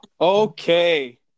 Okay